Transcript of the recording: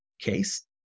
case